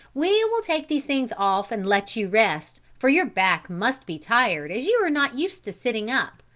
we will take these things off and let you rest for your back must be tired as you are not used to sitting up,